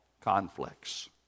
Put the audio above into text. conflicts